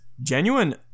genuine